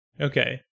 Okay